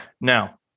Now